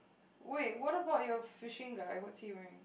wait what about your fishing guy what's he wearing